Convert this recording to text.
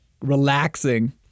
relaxing